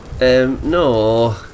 no